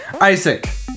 Isaac